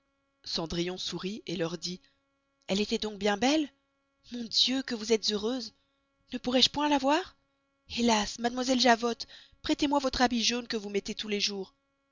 cendrillon sourit leur dit elle estoit donc bien belle mon dieu que vous estes heureuses ne pourrois je point la voir helas mademoiselle javote prestez moi vostre habit jaune que vous mettez tous les jours